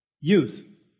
youth